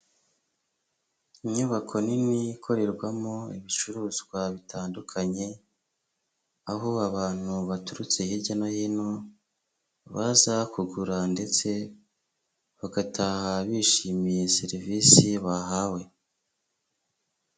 Inyubako nini ikorerwamo ibicuruzwa bitandukanye, aho abantu baturutse hirya no hino baza kugura ndetse bagataha bishimiye serivisi bahawe.